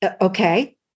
Okay